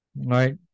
Right